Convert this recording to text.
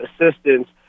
assistance